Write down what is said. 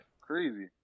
crazy